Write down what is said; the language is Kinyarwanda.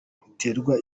haterwa